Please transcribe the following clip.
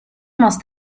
must